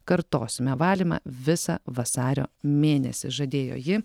kartosime valymą visą vasario mėnesį žadėjo ji